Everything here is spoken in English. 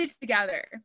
together